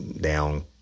down